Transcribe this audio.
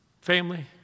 family